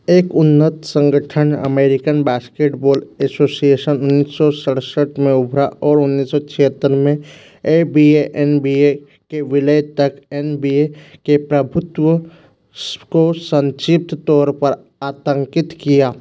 एक उन्नत संगठन अमेरिकन बास्केटबॉल एसोसिएशन उन्नीस सौ सड़सठ में उभरा और उन्नीस सौ छिहत्तर में A B A N B A के विलय तक एन बी ए के प्रभुत्व को संक्षिप्त तौर पर आतंकित किया